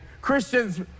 Christians